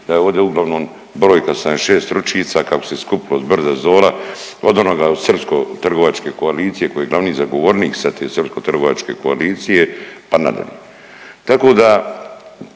da je ovdje uglavnom brojka 76 ručica kako se skupilo zbrda-zdola od onoga srpsko-trgovačke koalicije koji je glavni zagovornik sa te srpsko-trgovačke koalicije pa nadalje.